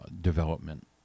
development